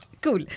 Cool